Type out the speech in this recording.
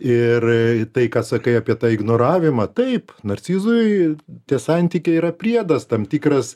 ir tai ką sakai apie tą ignoravimą taip narcizui tie santykiai yra priedas tam tikras